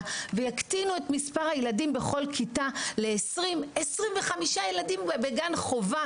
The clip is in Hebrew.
ויקטינו את מספר הילדים בכל כיתה ל-25-20 ילדים בגן חובה.